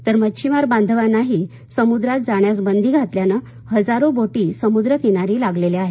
तर मच्छीमार बांधवानाही समुद्रात जाण्यास बंदी घातल्यानं हजारो बोटी समुद्रकिनारी लागलेल्या आहेत